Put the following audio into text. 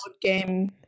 game